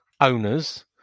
owners